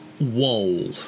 Wall